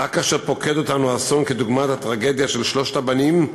רק כאשר פוקד אותנו אסון כדוגמת הטרגדיה של שלושת הבנים,